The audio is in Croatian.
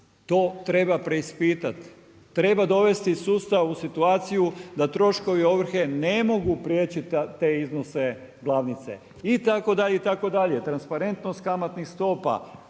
to treba preispitat. Treba dovesti sustav u situaciju da troškovi ovrhe ne mogu prijeći te iznose glavnice itd., itd., transparentnost kamatnih stopa,